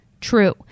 true